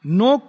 no